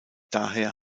daher